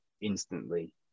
instantly